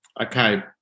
okay